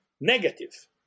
negative